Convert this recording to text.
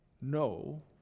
No